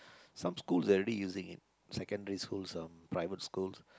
some school they are already using it secondary school some private schools